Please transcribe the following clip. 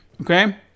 okay